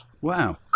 Wow